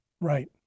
Right